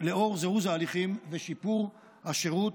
לאור זירוז ההליכים ושיפור השירות.